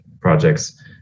projects